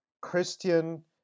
Christian